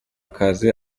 akazi